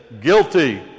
Guilty